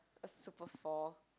a super four